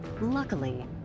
Luckily